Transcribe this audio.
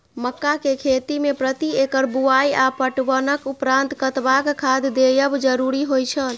मक्का के खेती में प्रति एकड़ बुआई आ पटवनक उपरांत कतबाक खाद देयब जरुरी होय छल?